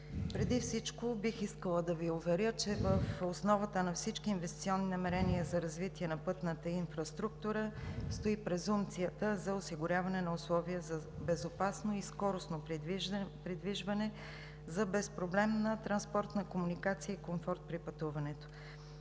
Преди всичко бих искала да Ви уверя, че в основата на всички инвестиционни намерения за развитие на пътната инфраструктура стои презумпцията за осигуряване на условия за безопасно и скоростно придвижване, за безпроблемна транспорта комуникация и комфорт при пътуването.